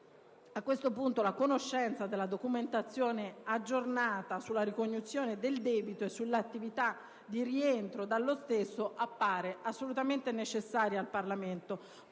A questo punto la conoscenza della documentazione aggiornata sulla ricognizione del debito e sull'attività di rientro dallo stesso appare assolutamente necessaria al Parlamento,